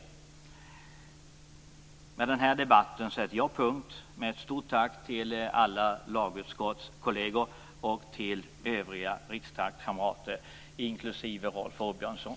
I och med denna debatt sätter jag punkt med ett stort tack till alla lagutskottskolleger och till övriga riksdagskamrater, inklusive Rolf Åbjörnsson.